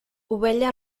ovella